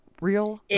real